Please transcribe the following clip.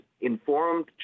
informed